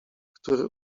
który